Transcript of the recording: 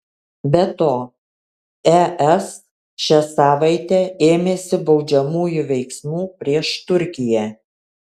be to es šią savaitę ėmėsi baudžiamųjų veiksmų prieš turkiją